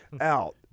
out